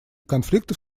конфликтов